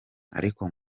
ariko